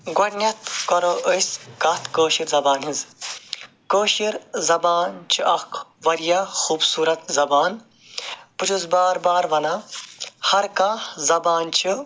گۄڈٕنٮ۪تھ کَرَو أسۍ کَتھ کٲشٕر زبانہِ ہٕنٛز کٲشٕر زبان چھِ اَکھ واریاہ خوٗبصوٗرَت زبان بہٕ چھُس بار بار وَنان ہر کانٛہہ زبان چھِ